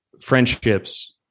friendships